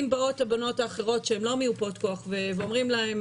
באות הבנות האחרות שהן לא מיופות כוח ואומרים להן,